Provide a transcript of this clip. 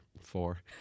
four